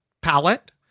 palette